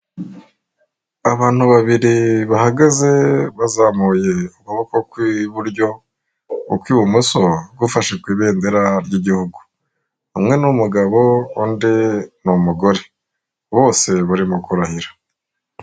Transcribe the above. Abantu babiri bahagaze bazamuye ukuboko kw'iburyo, ukw'ibumoso gufashe ku ibendera ry'igihugu umwe ni umugabo undi ni umugore bose barimo kurahira.